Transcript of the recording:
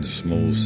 small